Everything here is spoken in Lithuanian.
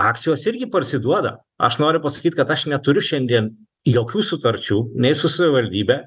akcijos irgi parsiduoda aš noriu pasakyt kad aš neturiu šiandien jokių sutarčių nei su savivaldybe